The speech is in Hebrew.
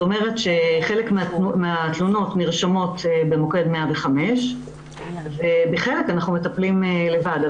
חלק מהתלונות נרשמות במוקד 105. בחלק אנחנו מטפלים לבד.